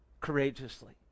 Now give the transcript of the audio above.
Courageously